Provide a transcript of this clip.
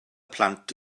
plant